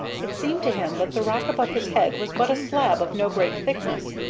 it seemed to him that the rock above his head was but a slab of no great thickness,